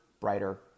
brighter